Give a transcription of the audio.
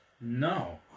No